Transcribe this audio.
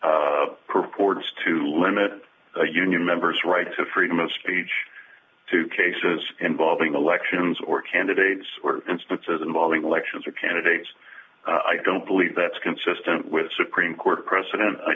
sites purports to limit union members right to freedom of speech to cases involving elections or candidates or instances involving elections or candidates i don't believe that's consistent with supreme court precedent i